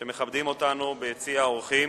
שמכבדים אותנו ביציע האורחים.